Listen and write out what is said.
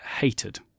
hated